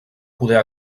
poder